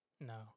no